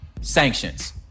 sanctions